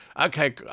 okay